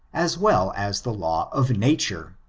as well as the law of nature.